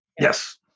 yes